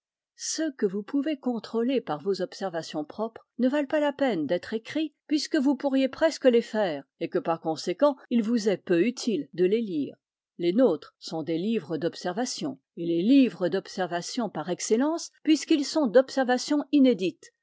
ceux que vous pouvez contrôler par vos observations propres ne valent pas la peine d'être écrits puisque vous pourriez presque les faire et que par conséquent il vous est peu utile de les lire les nôtres sont des livres d'observation et les livres d'observation par excellence puisqu'ils sont d'observation inédite